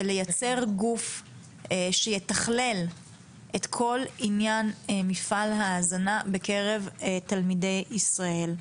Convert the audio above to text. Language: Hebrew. ולייצר גוף שיתכלל את כל עניין מפעל ההזנה בקרב תלמידי ישראל.